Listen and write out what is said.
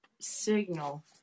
Signal